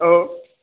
औ